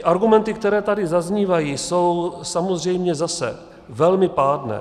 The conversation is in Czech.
Argumenty, které tady zaznívají, jsou samozřejmě zase velmi pádné.